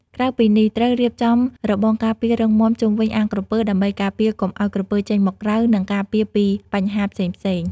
ក្រៅពីនេះត្រូវរៀបចំរបងការពាររឹងមាំជុំវិញអាងក្រពើ ដើម្បីការពារកុំឲ្យក្រពើចេញមកក្រៅ និងការពារពីបញ្ហាផ្សេងៗ។